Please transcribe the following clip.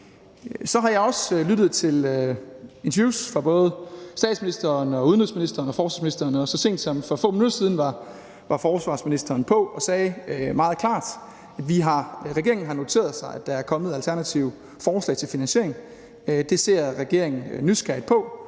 Så har jeg også lyttet til interviews af både statsministeren, udenrigsministeren og forsvarsministeren, og så sent som for få minutter siden sagde forsvarsministeren meget klart, at regeringen har noteret sig, at der er kommet et alternativt forslag til finansiering, og at regeringen ser nysgerrigt og